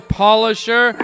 polisher